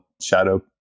shadow